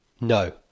No